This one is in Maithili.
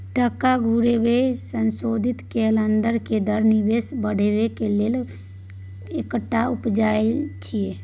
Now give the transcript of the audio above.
टका घुरेबाक संशोधित कैल अंदर के दर निवेश बढ़ेबाक लेल एकटा उपाय छिएय